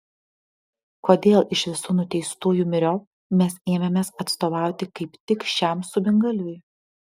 kodėl iš visų nuteistųjų myriop mes ėmėmės atstovauti kaip tik šiam subingalviui